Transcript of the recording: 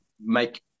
make